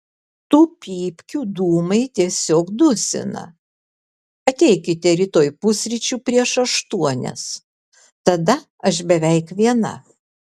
tų pypkių dūmai tiesiog dusina ateikite rytoj pusryčių prieš aštuonias tada aš beveik viena